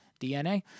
DNA